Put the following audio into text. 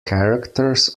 characters